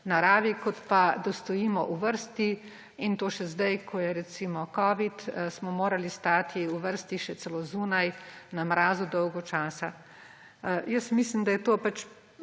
naravi, kot pa da stojimo v vrsti? In zdaj, ko je recimo covid, smo morali stati v vrsti še celo zunaj na mrazu dolgo časa. Mislim, da je to lepa